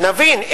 שנבין,